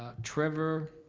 ah trevor